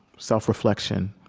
self-reflection,